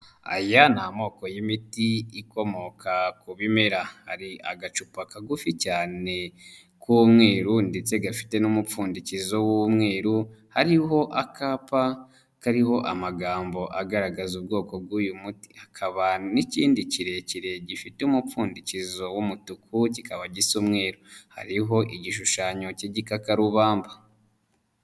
Aya ni amoko y'imiti ikomoka ku bimera hari agacupa kagufi cyane k'umweru ndetse gafite n'umupfundikizo w'umweru, hariho akapa kariho amagambo agaragaza ubwoko bw'uyu muti, hakaba n'ikindi kirekire gifite umupfundikizo w'umutuku kikaba gisa umweru, hariho igishushanyo cy'igikakarubamba.